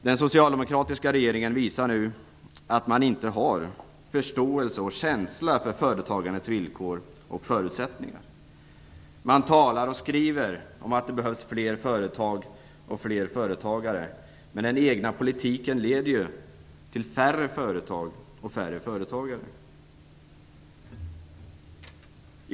Den socialdemokratiska regeringen visar nu att man inte har förståelse och känsla för företagandets villkor och förutsättningar. Man talar och skriver om att det behövs fler företag och fler företagare, men den egna politiken leder ju till färre företag och färre företagare.